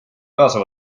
kaasa